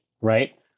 right